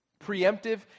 Preemptive